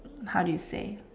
how do you say